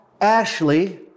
Ashley